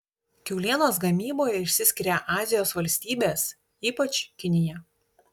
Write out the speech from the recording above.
kiaulienos gamyboje išsiskiria azijos valstybės ypač kinija